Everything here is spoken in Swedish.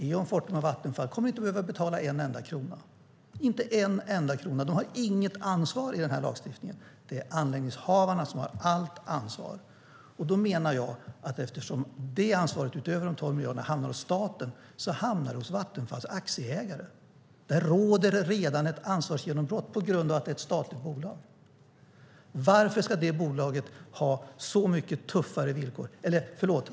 Eon, Fortum och Vattenfall kommer inte att behöva betala en enda krona. De har inget ansvar i den här lagstiftningen. Det är anläggningshavarna som har allt ansvar. Då menar jag att eftersom det ansvaret, utöver de 12 miljarderna, hamnar hos staten hamnar det hos Vattenfalls aktieägare. Där råder det redan ett ansvarsgenombrott på grund av att det är ett statligt bolag.